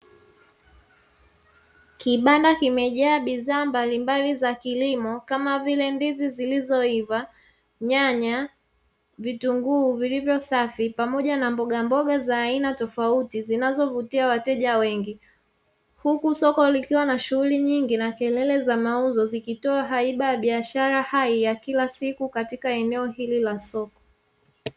Kibanda kimejaa bidhaa mbalimbali za kilimo kama vile ndizi zilizoiva nyanya, vitunguu vilivyosafi pamoja na mbogamboga za aina tofauti zinazovutia wateja wengi, huku soko likiwa na shughuli nyingi na kelele za mauzo zikitoa haiba ya biashara hai ya kila siku katika eneo hili la soko.